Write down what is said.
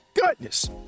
goodness